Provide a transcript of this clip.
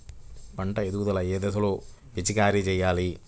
పంట ఎదుగుదల ఏ దశలో పిచికారీ చేయాలి?